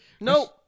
No